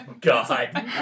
God